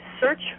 search